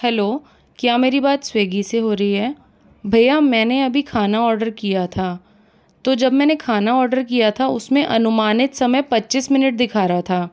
hello क्या मेरी बात स्विगी से हो रही है भैया मैंने अभी खाना ऑर्डर किया था तो जब मैंने खाना ऑर्डर किया था उसमें अनुमानित समय पच्चीस मिनट दिखा रहा था